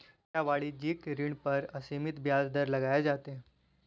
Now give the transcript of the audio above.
क्या वाणिज्यिक ऋण पर असीमित ब्याज दर लगाए जाते हैं?